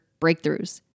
breakthroughs